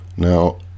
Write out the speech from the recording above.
Now